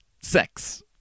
sex